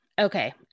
Okay